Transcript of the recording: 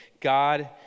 God